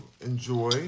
enjoy